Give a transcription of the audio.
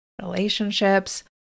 relationships